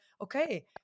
Okay